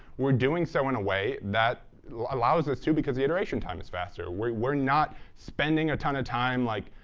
we're doing so in a way that allows us to, because the iteration time is faster. we're we're not spending a ton of time, like,